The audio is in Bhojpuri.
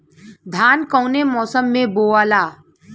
धान कौने मौसम मे बोआला?